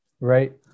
right